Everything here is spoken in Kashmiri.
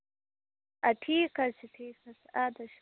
اَدٕ ٹھیٖک حظ چھُ ٹھیٖک حظ اَدٕ حظ